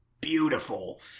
beautiful